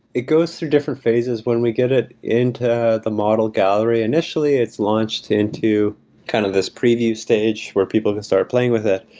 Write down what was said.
it goes through different phases when we get it into the model gallery. initially, it's launched into kind of this preview stage where people could start playing with it.